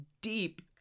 deep